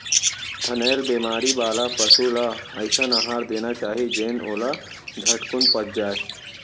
थनैल बेमारी वाला पसु ल अइसन अहार देना चाही जेन ओला झटकुन पच जाय